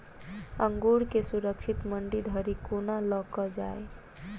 अंगूर केँ सुरक्षित मंडी धरि कोना लकऽ जाय?